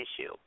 issue